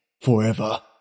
forever